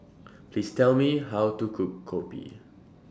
Please Tell Me How to Cook Kopi